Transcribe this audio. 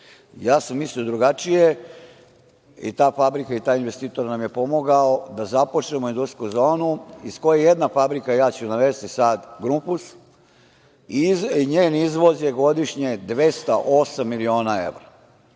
Ja sam mislio drugačije. Ta fabrika i taj investitor nam je pomogao da započnemo industrijsku zonu iz koje je jedna fabrika, ja ću je navesti sad „Grunfus“, njen izvoz je godišnje 208 miliona evra.